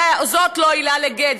זו לא עילה לגט.